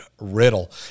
riddle